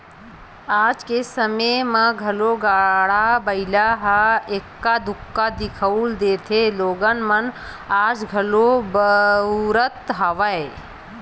आज के समे म घलो गाड़ा बइला ह एक्का दूक्का दिखउल देथे लोगन मन आज घलो बउरत हवय